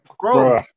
bro